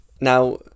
Now